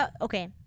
Okay